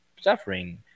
suffering